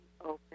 open